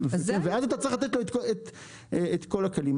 ואז צריך לתת לו את כל הכלים.